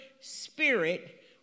spirit